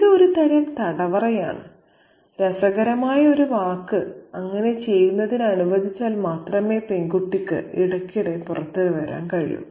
ഇത് ഒരുതരം തടവറയാണ് രസകരമായ ഒരു വാക്ക് അങ്ങനെ ചെയ്യുന്നതിന് അനുവദിച്ചാൽ മാത്രമേ പെൺകുട്ടിക്ക് ഇടയ്ക്കിടെ പുറത്തുവരാൻ കഴിയൂ